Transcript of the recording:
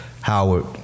Howard